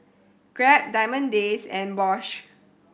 Grab Diamond Days and Bosch